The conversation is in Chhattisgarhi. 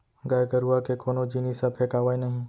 गाय गरूवा के कोनो जिनिस ह फेकावय नही